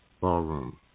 Ballroom